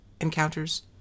encounters